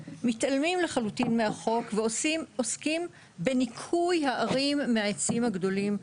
הם מתעלמים לחלוטין מהחוק ועוסקים בניקוי הערים מהעצים הגדולים.